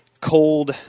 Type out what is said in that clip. cold